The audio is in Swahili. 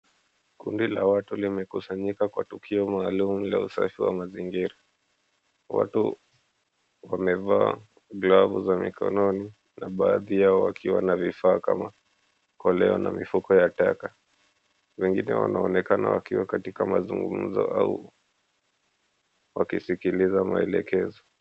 Kundi la watu limekusanyika kwa tukio maaalum la usafi wa mazingira. Watu wamevaa glavu za mikononi na baadhi yao wakiwa na vifaa kama koleo na mifuko ya taka, wengine wanaonekana wakiwa katika mazungumzo au wakisikiliza maelezo.